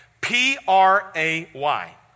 P-R-A-Y